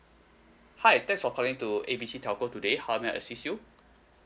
hi thanks for calling to A B C telco today how may I assist you